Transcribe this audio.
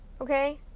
Okay